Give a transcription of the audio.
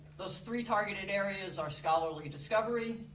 those three targeted areas are scholarly discovery,